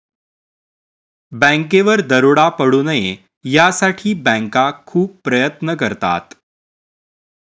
बँकेवर दरोडा पडू नये यासाठी बँका खूप प्रयत्न करतात